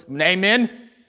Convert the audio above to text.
Amen